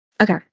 okay